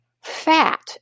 fat